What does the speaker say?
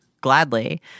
Gladly